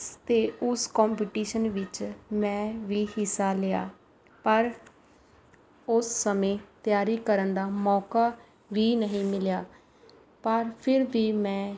ਅਤੇ ਉਸ ਕੰਪੀਟੀਸ਼ਨ ਵਿੱਚ ਮੈਂ ਵੀ ਹਿੱਸਾ ਲਿਆ ਪਰ ਉਸ ਸਮੇਂ ਤਿਆਰੀ ਕਰਨ ਦਾ ਮੌਕਾ ਵੀ ਨਹੀਂ ਮਿਲਿਆ ਪਰ ਫਿਰ ਵੀ ਮੈਂ